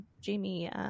Jamie